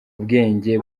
ubwenge